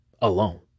Alone